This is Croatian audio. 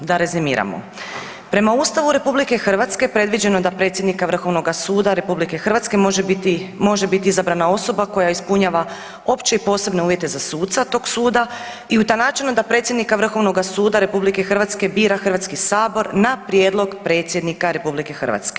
Da rezimiramo, prema Ustavu RH predviđeno je da predsjednika Vrhovnoga suda RH može biti izabrana osoba koja ispunjava opće i posebne uvjete za suca tog suda i utanačeno je da predsjednika Vrhovnoga suda RH bira Hrvatski sabor na prijedlog predsjednika RH.